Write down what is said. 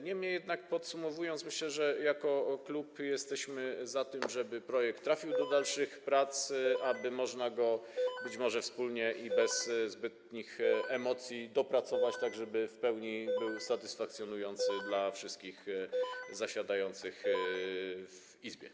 Niemniej jednak, podsumowując, myślę że jako klub jesteśmy za tym, żeby projekt trafił do dalszych prac, aby można go, być może, wspólnie i bez zbytnich emocji dopracować tak, żeby w pełni był satysfakcjonujący dla wszystkich zasiadających w Izbie.